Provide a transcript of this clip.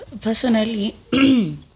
Personally